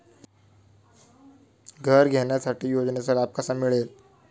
घर घेण्यासाठी योजनेचा लाभ कसा मिळेल?